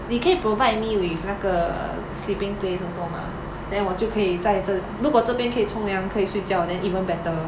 你 provide me with 那个 sleeping place also mah then 我就可以在这如果这边可以冲凉可以睡觉 then even better